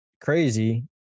crazy